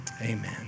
amen